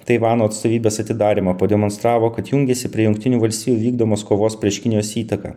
taivano atstovybės atidarymą pademonstravo kad jungiasi prie jungtinių valstijų vykdomos kovos prieš kinijos įtaką